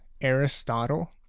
Aristotle